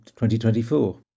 2024